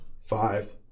five